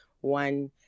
one